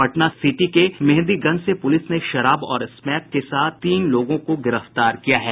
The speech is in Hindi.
पटना सिटी के मेंहदीगंज से पुलिस ने शराब और स्मैक के साथ तीन लोगों को गिरफ्तार किया है